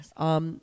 Yes